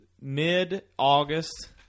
mid-August